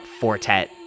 Fortet